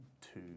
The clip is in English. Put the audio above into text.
two